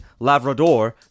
Lavrador